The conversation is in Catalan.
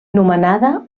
nomenada